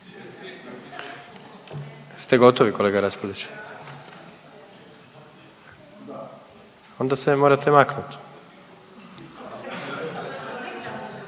se morate maknuti./…